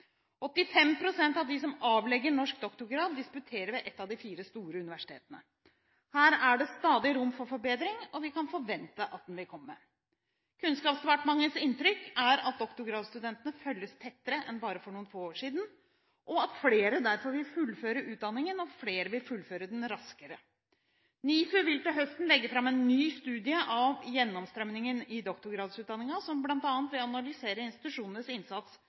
av dem som avlegger norsk doktorgrad, disputerer ved ett av de fire store universitetene. Her er det stadig rom for forbedring, og vi kan forvente at den vil komme. Kunnskapsdepartementets inntrykk er at doktorgradsstudentene følges tettere enn bare for noen få år siden, og at flere derfor vil fullføre utdanningen, og flere vil fullføre den raskere. NIFU vil til høsten legge fram en ny studie av gjennomstrømningen i doktorgradsutdanningen, som bl.a. vil analysere institusjonenes innsats